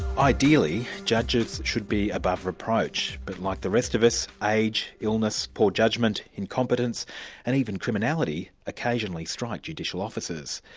ideally, judges should be above reproach but like the rest of us, age, illness, poor judgment, incompetence and even criminality, occasionally strike judicial officers.